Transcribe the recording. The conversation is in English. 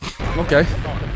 Okay